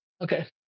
Okay